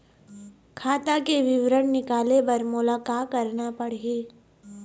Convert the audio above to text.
खाता के विवरण निकाले बर मोला का करना पड़ही?